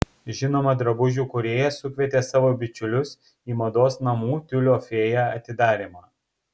žinoma drabužių kūrėja sukvietė savo bičiulius į mados namų tiulio fėja atidarymą